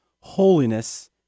holiness